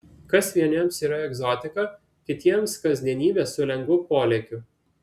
kas vieniems yra egzotika kitiems kasdienybė su lengvu polėkiu